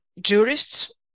jurists